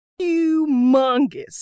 humongous